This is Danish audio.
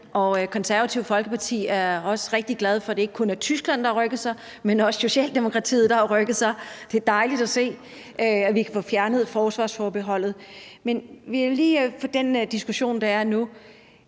Det Konservative Folkeparti er også rigtig glad for, at det ikke kun er Tyskland, der har rykket sig, men at også Socialdemokratiet har rykket sig. Det er dejligt at se, at vi kan få fjernet forsvarsforbeholdet. Men i forhold til den diskussion, der er nu,